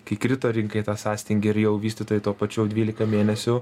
kai krito rinka į tą sąstingį ir jau vystytojai tuo pačiu jau dvylika mėnesių